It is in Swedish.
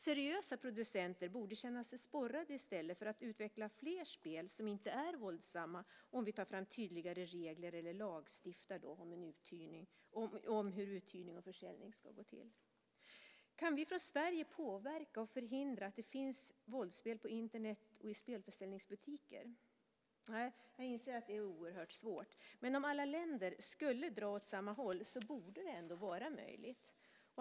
Seriösa producenter borde i stället känna sig sporrade att utveckla fler spel som inte är våldsamma om vi tar fram tydligare regler eller lagstiftar om hur uthyrning och försäljning ska gå till. Kan vi från Sverige påverka och förhindra att det finns våldsspel på Internet och i spelförsäljningsbutiker? Nej, jag inser att det är oerhört svårt. Men om alla länder drog åt samma håll borde det vara möjligt.